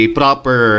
proper